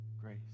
grace